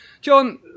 John